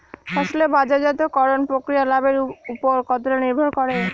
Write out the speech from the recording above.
ফসলের বাজারজাত করণ প্রক্রিয়া লাভের উপর কতটা নির্ভর করে?